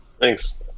thanks